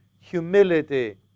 humility